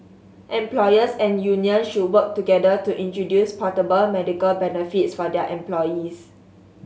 employers and union should work together to introduce portable medical benefits for their employees